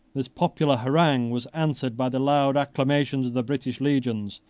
this popular harangue was answered by the loud acclamations of the british legions,